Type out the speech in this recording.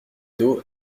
dos